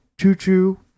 choo-choo